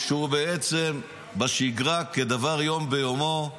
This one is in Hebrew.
שהוא בעצם בשגרה כדבר יום ביומו,